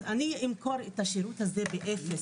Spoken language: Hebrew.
אז אני אמכור את השירות הזה באפס.